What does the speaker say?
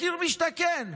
מחיר למשתכן,